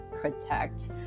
protect